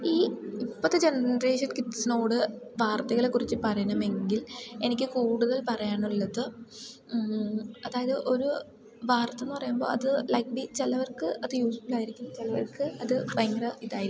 ഈ ഇപ്പോഴത്തെ ജൻറേഷൻ കിഡ്സിനോട് വാർത്തകളെക്കുറിച്ച് പറയണമെങ്കിൽ എനിക്ക് കൂടുതൽ പറയാനുള്ളത് അതായത് ഒരു വാർത്തയെന്നു പറയുമ്പോൾ അത് ലൈക് ബി ചിലവർക്ക് അത് യൂസ്ഫുള്ളായിരിക്കും ചിലവർക്ക് അത് ഭയങ്കര ഇതായിരിക്കും